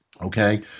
Okay